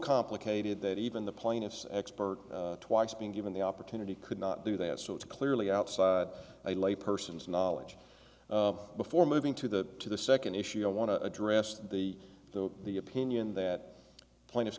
complicated that even the plaintiff's expert twice being given the opportunity could not do they have so it's clearly outside a lay person's knowledge before moving to the to the second issue i want to address the the the opinion that pla